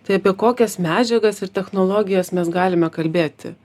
tai apie kokias medžiagas ir technologijas mes galime kalbėti